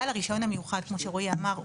בעל הרישיון המיוחד כמו שרועי אמר,